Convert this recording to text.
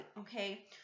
okay